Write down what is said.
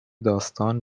داستان